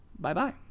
bye-bye